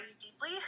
deeply